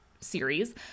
series